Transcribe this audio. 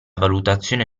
valutazione